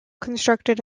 constructed